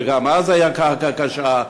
וגם אז הייתה קרקע קשה,